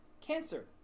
cancer